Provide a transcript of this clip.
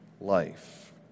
life